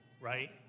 right